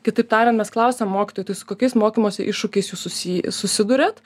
kitaip tariant mes klausiam mokytojų tai su kokiais mokymosi iššūkiais jų susi susiduriat